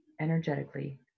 energetically